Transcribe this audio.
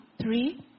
Three